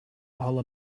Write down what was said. all